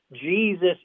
Jesus